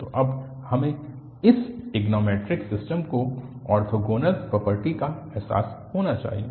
तो अब हमें इस ट्रिग्नोंमैट्रिक सिस्टम की ओर्थोगोनल प्रॉपर्टी का एहसास होना चाहिए